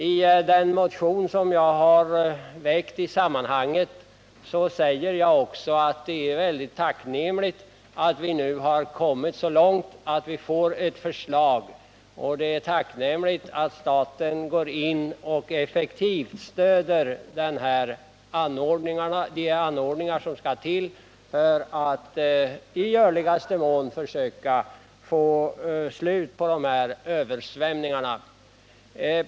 I den motion som jag har väckt skriver jag också att det är mycket tacknämligt att vi nu har kommit så långt att det läggs fram ett förslag och att staten effektivt stöder tillkomsten av de anordningar som behövs för att i görligaste mån få slut på översvämningarna.